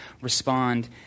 respond